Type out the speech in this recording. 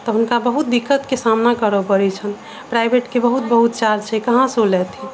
तऽ हुनका बहुत दिक्कतके सामना करऽ पड़ैत छनि प्राइभेटके बहुत बहुत चार्ज छै कहाँ से ओ लैथिन